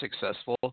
successful